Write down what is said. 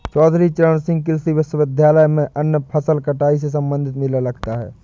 चौधरी चरण सिंह कृषि विश्वविद्यालय में अन्य फसल कटाई से संबंधित मेला लगता है